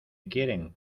quieren